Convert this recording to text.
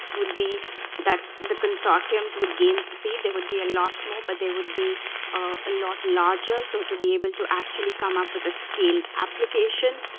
would be that the consortiums would gain speed. there would be a lot more but they would be a lot larger, so to be able to come up with a scale application.